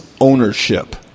ownership